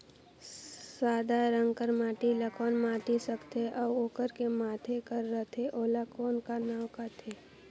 सादा रंग कर माटी ला कौन माटी सकथे अउ ओकर के माधे कर रथे ओला कौन का नाव काथे?